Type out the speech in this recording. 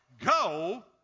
Go